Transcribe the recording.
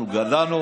אנחנו גדלנו,